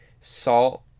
salt